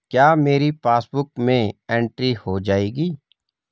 क्या मेरी पासबुक में एंट्री हो जाएगी?